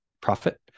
profit